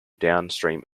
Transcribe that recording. downstream